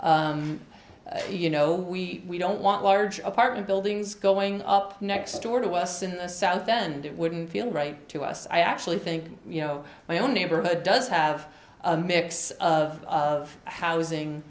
you know we don't want large apartment buildings going up next door to us in south bend it wouldn't feel right to us i actually think you know my own neighborhood does have a mix of of housing